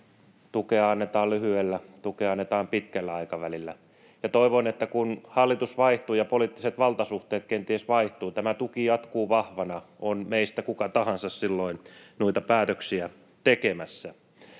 tukea annetaan lyhyellä ja pitkällä aikavälillä. Ja toivon, että kun hallitus vaihtuu ja poliittiset valtasuhteet kenties vaihtuvat, tämä tuki jatkuu vahvana, on meistä kuka tahansa silloin noita päätöksiä tekemässä.